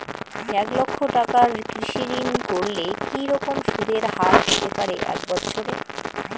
এক লক্ষ টাকার কৃষি ঋণ করলে কি রকম সুদের হারহতে পারে এক বৎসরে?